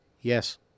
yes